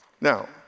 Now